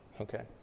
Okay